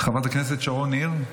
חברת הכנסת שרון ניר,